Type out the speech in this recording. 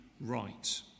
right